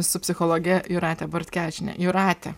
su psichologe jūrate bortkevičiene jūrate